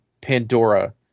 Pandora